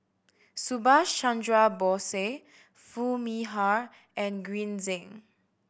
Subhas Chandra Bose Foo Mee Har and Green Zeng